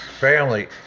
family